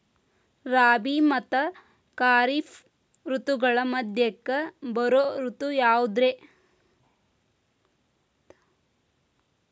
ರಾಬಿ ಮತ್ತ ಖಾರಿಫ್ ಋತುಗಳ ಮಧ್ಯಕ್ಕ ಬರೋ ಋತು ಯಾವುದ್ರೇ?